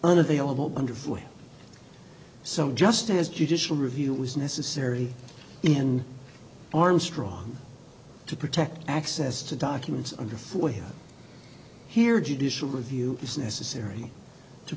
unavailable underfoot so just as judicial review was necessary in armstrong to protect access to documents under for him here judicial review is necessary to